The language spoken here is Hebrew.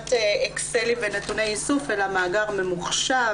ברמת אקסלים ונתוני איסוף אלא מאגר ממוחשב,